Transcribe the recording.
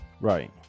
right